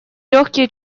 легкие